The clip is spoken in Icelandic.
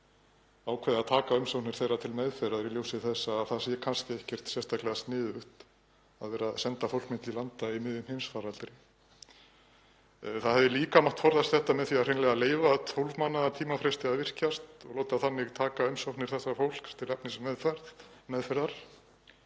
ákveða að taka umsóknir þess til meðferðar í ljósi þess að það sé kannski ekkert sérstaklega sniðugt að vera að senda fólk milli landa í miðjum heimsfaraldri. Það hefði líka mátt forðast þetta með því hreinlega að leyfa 12 mánaða tímafresti að virkjast og láta þannig taka umsóknir þessa fólks til efnismeðferðar